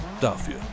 Dafür